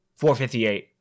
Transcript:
458